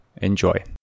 Enjoy